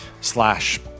slash